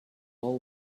all